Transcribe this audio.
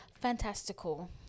Fantastical